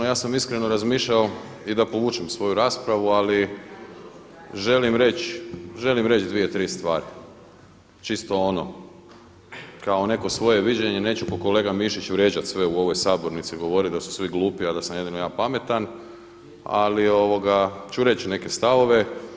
Ja sam iskreno razmišljao i da povučem svoju raspravu, ali želim reć dvije, tri stvari, čisto ono kao neko svoje viđenje, neću ko kolega Mišić vrijeđat sve u ovoj sabornici i govorit da su svi glupi, a da sam jedino ja pametan, ali ću reći neke stavove.